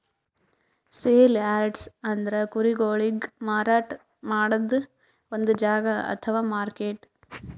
sale yards ಅಂದ್ರ ಕುರಿಗೊಳಿಗ್ ಮಾರಾಟ್ ಮಾಡದ್ದ್ ಒಂದ್ ಜಾಗಾ ಅಥವಾ ಮಾರ್ಕೆಟ್